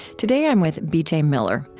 today, i'm with b j. miller.